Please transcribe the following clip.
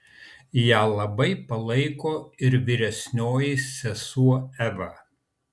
ją labai palaiko ir vyresnioji sesuo eva